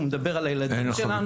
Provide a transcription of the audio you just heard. הוא מדבר על הילדים שלנו.